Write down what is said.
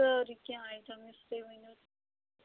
سٲرٕے کیٚنٛہہ آیٹَم یُس تُہۍ ؤنِو